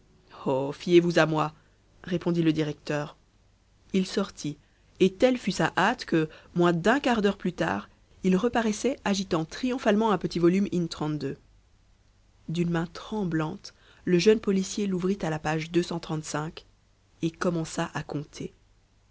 fiez-vous à moi répondit le directeur il sortit et telle fut sa hâte que moins d'un quart d'heure plus tard il reparaissait agitant triomphalement un petit volume in d'une main tremblante le jeune policier l'ouvrit à la page et commença à compter